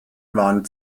waren